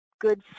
good